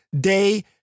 day